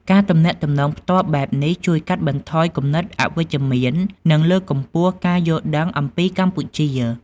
ការទំនាក់ទំនងផ្ទាល់បែបនេះជួយកាត់បន្ថយគំនិតអវិជ្ជមាន និងលើកកម្ពស់ការយល់ដឹងអំពីកម្ពុជា។